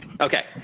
Okay